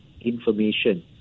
information